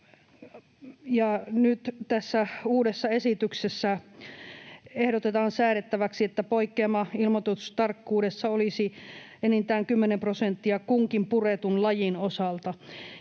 nyt tässä uudessa esityksessä ehdotetaan säädettäväksi, että poikkeama ilmoitustarkkuudessa olisi enintään kymmenen prosenttia kunkin puretun lajin osalta.